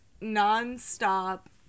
non-stop